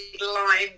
lime